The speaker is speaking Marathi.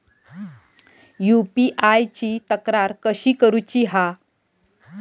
यू.पी.आय ची तक्रार कशी करुची हा?